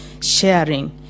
sharing